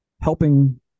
helping